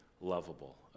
lovable